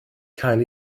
cael